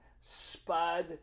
Spud